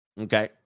Okay